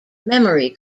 memory